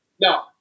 no